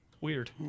Weird